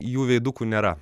jų veidukų nėra